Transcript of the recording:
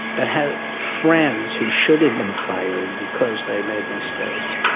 that had friends who should have been fired because they made mistakes,